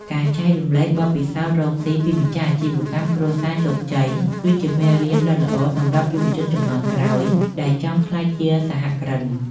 ការចែករំលែកបទពិសោធន៍រកស៊ីពីម្ចាស់អាជីវកម្មគ្រួសារជោគជ័យ គឺជាមេរៀនដ៏ល្អសម្រាប់យុវជនជំនាន់ក្រោយដែលចង់ក្លាយជាសហគ្រិន។